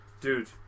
Dude